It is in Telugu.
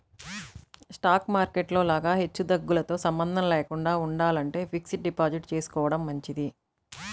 స్టాక్ మార్కెట్ లో లాగా హెచ్చుతగ్గులతో సంబంధం లేకుండా ఉండాలంటే ఫిక్స్డ్ డిపాజిట్ చేసుకోడం మంచిది